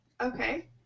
Okay